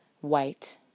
white